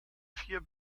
vier